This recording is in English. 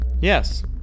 Yes